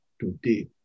today